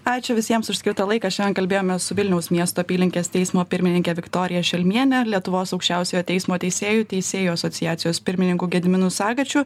ačiū visiems už skirtą laiką šiandien kalbėjome su vilniaus miesto apylinkės teismo pirmininke viktorija šelmiene lietuvos aukščiausiojo teismo teisėju teisėjų asociacijos pirmininku gediminu sagačiu